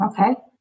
Okay